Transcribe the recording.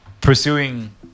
pursuing